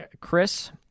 Chris